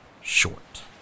short